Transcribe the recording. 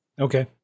Okay